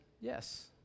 yes